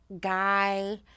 Guy